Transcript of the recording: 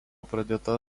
pradėta